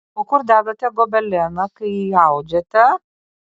o kur dedate gobeleną kai jį audžiate